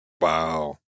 Wow